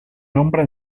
nombre